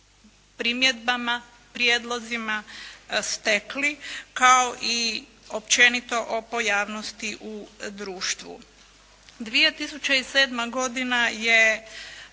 primjedbama, prijedlozima stekli kao i općenito o pojavnosti u društvu. 2007. godina je